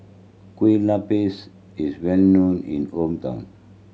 Kueh Lapis is well known in hometown